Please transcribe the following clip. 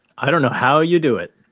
i don't know how you do it.